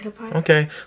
Okay